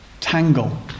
tangle